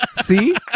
See